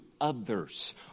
others